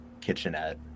kitchenette